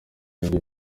nibyo